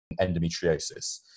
endometriosis